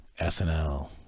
SNL